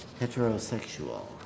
Heterosexual